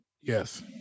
Yes